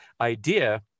idea